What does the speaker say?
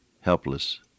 helpless